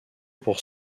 pour